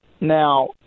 Now